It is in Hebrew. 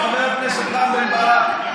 חבר הכנסת רם בן ברק,